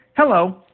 Hello